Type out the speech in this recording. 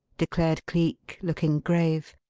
declared cleek, looking grave.